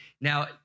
now